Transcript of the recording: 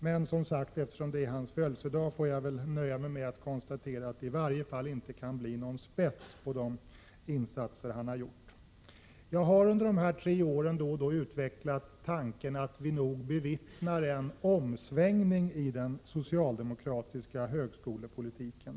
Men eftersom det alltså är hans födelsedag, skall jag nöja mig med att konstatera att det i varje fall inte kan bli spets på de insatser han har gjort. Under dessa tre år har jag då och då uttryckt den förhoppningen att vi bevittnar en omsvängning i den socialdemokratiska högskolepolitiken.